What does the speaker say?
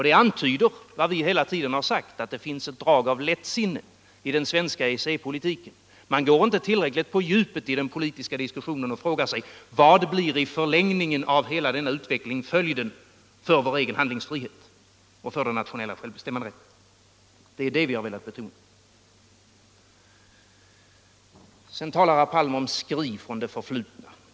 Det antyder vad vi hela tiden har sagt, nämligen att det finns ett drag av lättsinne i den svenska EEC-politiken. Man går inte tillräckligt på djupet i den politiska diskussionen och frågar sig: Vad blir i förlängningen av hela denna utveckling följden för vår egen handlingsfrihet och för den nationella självbestämmanderätten? Det är det vi har velat betona. Sedan talar herr Palm om skri från det förflutna.